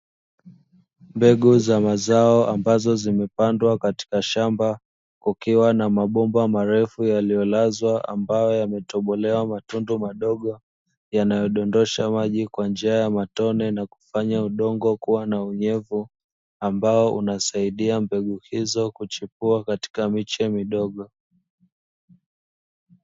Mbegu za mazao ambazo zimepandwa katika shamba, kukiwa na mabomba marefu yaliyolazwa, ambayo yametobolewa matundu madogo, yanayodondosha maji kwa njia ya matone na kufanya udongo kuwa unyevu, ambao unasaidia mbegu hizo kuchipua katika miche midogo.